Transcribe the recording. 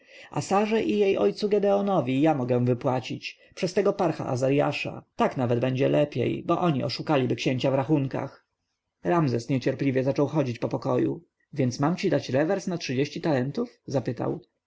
a sarze i jej ojcu gedeonowi ja mogę wypłacić przez tego parcha azarjasza tak nawet będzie lepiej bo oni oszukaliby księcia w rachunkach ramzes niecierpliwie zaczął chodzić po pokoju więc mam ci dać rewers na trzydzieści talentów zapytał